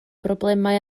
broblemau